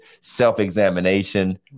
self-examination